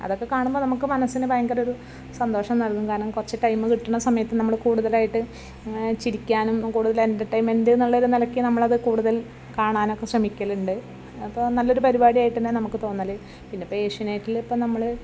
അതൊക്കെ കാണുമ്പോൾ നമുക്ക് മനസ്സിന് ഭയങ്കര ഒരു സന്തോഷം നൽകും കാരണം കുറച്ച് ടൈം കിട്ടുന്ന സമയത്ത് നമ്മൾ കൂടുതലായിട്ട് ചിരിക്കാനും കൂടുതലും എന്റർടൈമെൻറ് എന്ന നിലയ്ക്ക് നമ്മൾ അത് കൂടുതൽ കാണാനൊക്കെ ശ്രമിക്കലുണ്ട് അപ്പോൾ നല്ലൊരു പരിപാടി ആയിട്ട് തന്നെ നമുക്ക് തോന്നൾ പിന്നെ ഇപ്പം ഏഷ്യാനെറ്റിൾ ഇപ്പോൾ നമ്മൾ